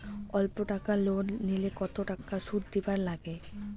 অল্প টাকা লোন নিলে কতো টাকা শুধ দিবার লাগে?